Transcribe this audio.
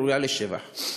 ראויים לשבח,